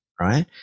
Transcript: right